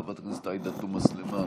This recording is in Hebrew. חברת הכנסת עאידה תומא סלימאן,